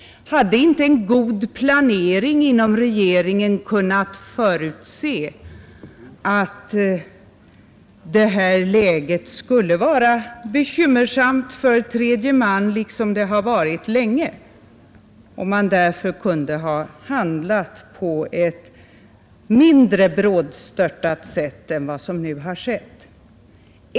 Hade inte en god planering inom regeringen kunnat förutse att det här läget skulle vara bekymmersamt för tredje man, såsom det länge har varit, och att man därför borde ha kunnat handla på ett mindre brådstörtat sätt än vad som nu skett?